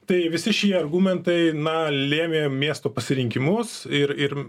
tai visi šie argumentai na lėmė miesto pasirinkimus ir ir